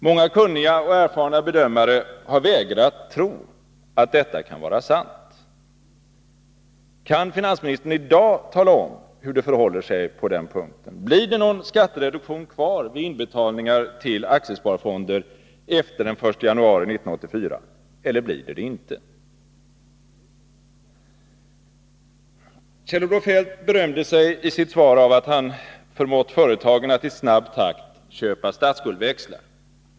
Många kunniga och erfarna bedömare har vägrat tro att detta kan vara sant. Kan finansministern i dag tala om hur det förhåller sig på den punkten? Blir det någon skattereduktion över huvud taget vid inbetalningar till aktiesparfonder efter den 1 januari 1984 eller inte? Kjell-Olof Feldt berömde sig i sitt svar av att ha förmått företagen att i snabb takt köpa statsskuldsväxlar.